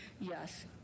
Yes